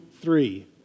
three